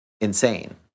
Insane